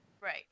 Right